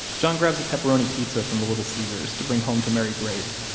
john grabs a pepperoni pizza from the little caesars to bring home to mary grace.